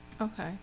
Okay